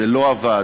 זה לא עבד.